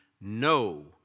no